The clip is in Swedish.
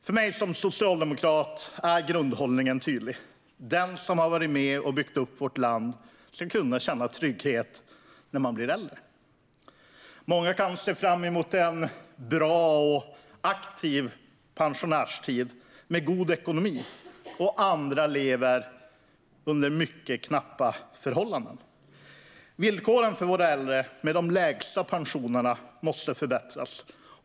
För mig som socialdemokrat är grundhållningen tydlig. Den som har varit med och byggt upp vårt land ska kunna känna trygghet när man blir äldre. Många kan se fram emot en bra och aktiv pensionärstid med god ekonomi. Andra lever under mycket knappa förhållanden. Villkoren för äldre med de lägsta pensionerna måste förbättras.